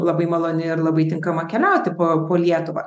labai maloni ir labai tinkama keliauti po po lietuvą